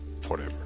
forever